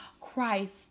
Christ